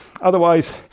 Otherwise